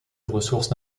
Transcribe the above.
ressources